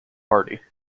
party